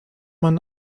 man